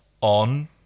on